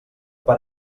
per